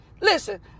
listen